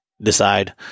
decide